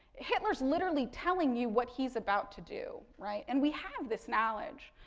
hitler's literally telling you what he's about to do, right, and we have this knowledge.